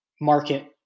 market